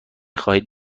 خواهید